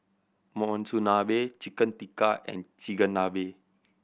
Monsunabe Chicken Tikka and Chigenabe